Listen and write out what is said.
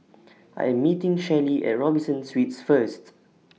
I Am meeting Shelli At Robinson Suites First